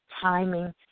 timing